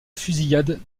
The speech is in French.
fusillade